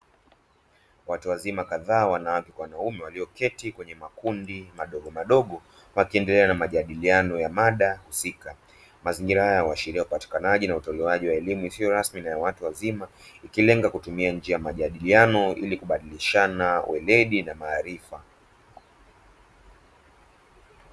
Watu wazima kadhaa wanawake kwa wanaume walioketi kwenye makundi madogo madogo wakiendelea na majadiliano ya mada husika mazingira hayo huashiria upatikanaji na utolewaji wa elimu isiyo rasmi na watu wazima ikilenga kutumia njia ya majadiliano ili kubadilishana uweredi na maarifa.